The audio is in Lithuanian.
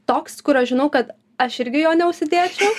toks kur aš žinau kad aš irgi jo neužsidėčiau